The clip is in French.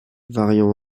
variant